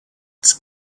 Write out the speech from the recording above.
its